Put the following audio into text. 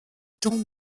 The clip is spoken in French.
tombe